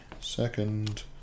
second